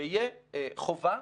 שיהיה חובה.